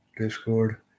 Discord